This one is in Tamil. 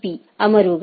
பி அமர்வுகள்